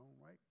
right